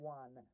one